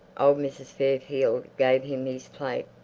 old mrs. fairfield gave him his plate.